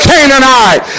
Canaanite